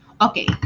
okay